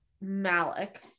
malik